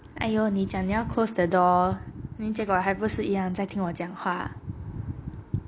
哎呦你讲你要 closed the door then 结果还不是一样在听我讲话